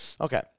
okay